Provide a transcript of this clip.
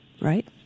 right